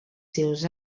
seus